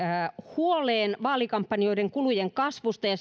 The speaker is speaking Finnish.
huoleen vaalikampanjoiden kulujen kasvusta ja